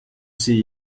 see